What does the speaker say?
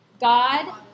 God